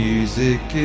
Music